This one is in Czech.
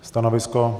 Stanovisko?